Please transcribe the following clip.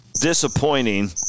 Disappointing